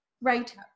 right